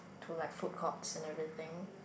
to like food court and everything